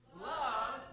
Love